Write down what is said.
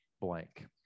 blank